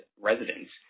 residents